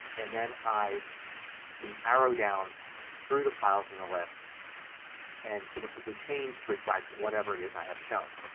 and then i can arrow down through the files in the list and it will simply change to reflect whatever it is i have shown.